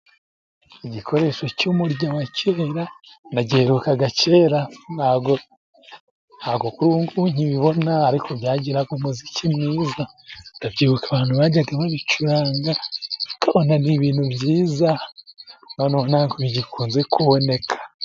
Igikoresho cy'umurya wa kera, na giherukaga kera, ntabwo kuri ubungubu nkibibona, ariko byagiraga umuziki mwiza, ndabyibuka abantu bajyaga babicuranga, ukabona ni ibintu byiza, none ntabwo bigikunze kuboneka.